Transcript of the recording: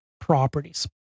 properties